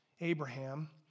Abraham